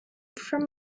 from